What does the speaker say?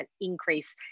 increase